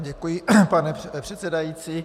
Děkuji, pane předsedající.